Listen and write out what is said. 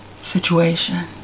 situation